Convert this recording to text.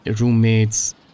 roommates